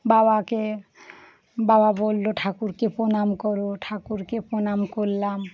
বাবাকে বাবা বলল ঠাকুরকে প্রণাম করো ঠাকুরকে প্রণাম করলাম